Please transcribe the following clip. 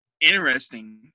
interesting